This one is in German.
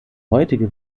heutige